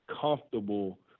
comfortable